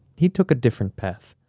he took a different path.